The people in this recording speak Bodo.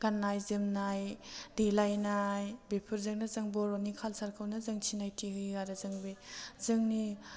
गान्नाय जोमनाय देलायनाय बेफोरजोंनो जों बर'नि कालसारखौनो जों सिनायथि होयो आरो जों बे जोंनि